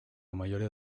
mayoría